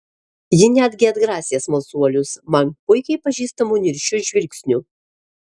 ji netgi atgrasė smalsuolius man puikiai pažįstamu niršiu žvilgsniu